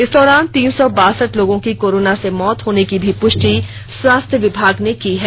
इस दौरान तीन सौ बासठ लोगों की कोरोना से मौत होने की भी पुष्टि स्वास्थय विभाग ने की है